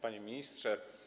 Panie Ministrze!